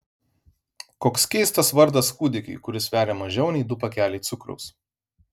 koks keistas vardas kūdikiui kuris sveria mažiau nei du pakeliai cukraus